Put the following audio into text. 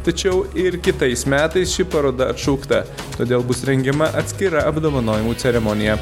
tačiau ir kitais metais ši paroda atšaukta todėl bus rengiama atskira apdovanojimų ceremonija